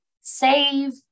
save